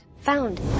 found